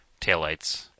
taillights